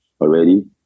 already